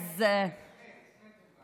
חץ, אולי חץ.